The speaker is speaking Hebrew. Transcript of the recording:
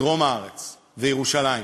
דרום הארץ וירושלים.